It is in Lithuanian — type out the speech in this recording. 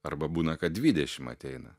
arba būna kad dvidešim ateina